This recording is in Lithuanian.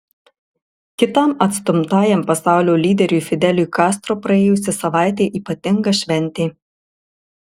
kitam atstumtajam pasaulio lyderiui fideliui kastro praėjusi savaitė ypatinga šventė